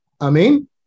Amen